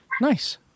Nice